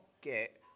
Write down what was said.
get